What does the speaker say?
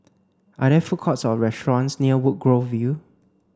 are there food courts or restaurants near Woodgrove View